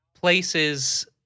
places